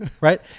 Right